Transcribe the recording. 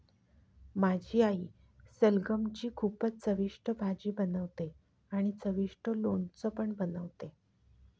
माझी आई सलगम ची खूपच चविष्ट भाजी बनवते आणि चविष्ट लोणचं पण बनवते